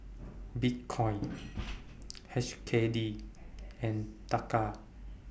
Bitcoin H K D and Taka